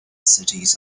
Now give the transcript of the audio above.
cities